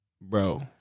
Bro